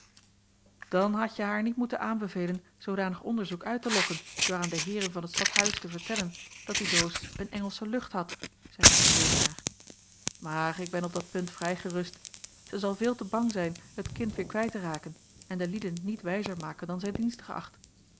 dan had jij haar niet moeten aanbevelen zoodanig onderzoek uit te lokken door aan de heeren van t stadhuis te vertellen dat die doos een engelsche lucht had zeide van zevenaer maar ik ben op dat punt vrij gerust zij zal veel te bang zijn het kind weêr kwijt te raken en de lieden niet wijzer maken dan zij dienstig acht